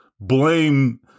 blame